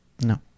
No